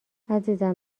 عزیزم